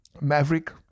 maverick